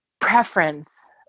preference